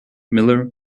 miller